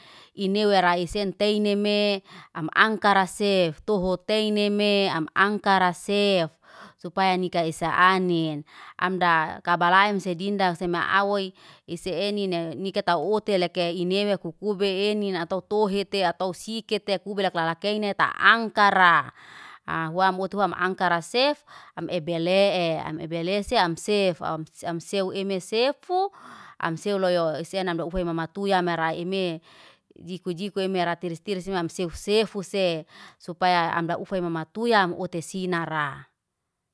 Inewe raisenteineme am angkara sef tohoteineme, am angkara sef, supaya nika esa anin. Amda kabalaimse sedindak sema auwoy is se enine, nika taoteleke inewe kukube enina atau tohite atau sikete kubelaklak keinete tangkara. Ha huam moto huam angkara sef, am eibele e. Am eibele se am sef, am am sew emesefus, am sew loyo senam ndu ufaya mamatuya maraya eme. Jiku jiku emerati tiris tiris am sefus sefus se. Supaya amdaufaya mamatuya otesinara.